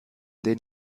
den